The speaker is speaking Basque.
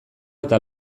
eta